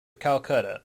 calcutta